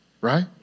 Right